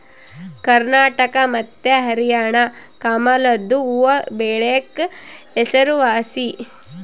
ಕರ್ನಾಟಕ ಮತ್ತೆ ಹರ್ಯಾಣ ಕಮಲದು ಹೂವ್ವಬೆಳೆಕ ಹೆಸರುವಾಸಿ